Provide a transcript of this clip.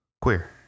Queer